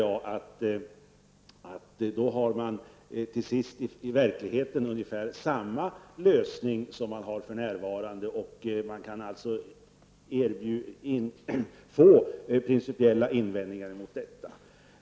Jag anser att man då i verkligheten får ungefär samma lösning som man för närvarande har och att det alltså kan komma principiella invändningar mot detta.